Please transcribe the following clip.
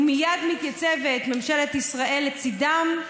ומייד מתייצבת ממשלת ישראל לצידם,